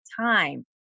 time